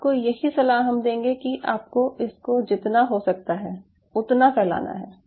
आपको यही सलाह हम देंगे कि आपको इसको जितना हो सकता है उतना फैलाना है